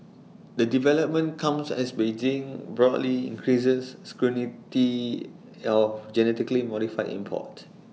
the development comes as Beijing broadly increases scrutiny of genetically modified imports